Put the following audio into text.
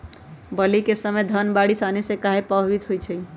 बली क समय धन बारिस आने से कहे पभवित होई छई?